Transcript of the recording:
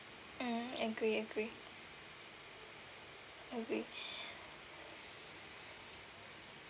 mm agree agree agree